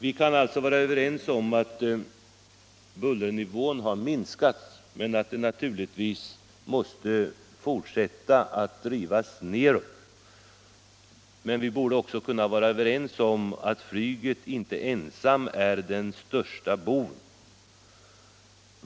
Vi kan alltså vara överens om att bullernivån har minskat, men den måste naturligtvis även fortsättningsvis drivas nedåt. Vi borde emellertid också kunna vara överens om att flyget inte ensamt är den största boven.